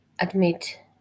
admit